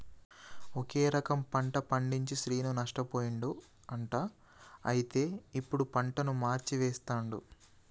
ఒకే రకం పంట పండించి శ్రీను నష్టపోయిండు అంట అయితే ఇప్పుడు పంటను మార్చి వేస్తండు